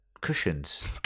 Cushions